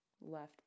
left